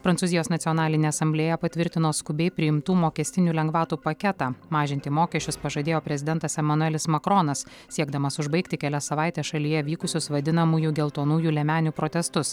prancūzijos nacionalinė asamblėja patvirtino skubiai priimtų mokestinių lengvatų paketą mažinti mokesčius pažadėjo prezidentas emanuelis makronas siekdamas užbaigti kelias savaites šalyje vykusius vadinamųjų geltonųjų liemenių protestus